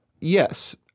Yes